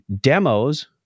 demos